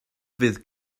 fydd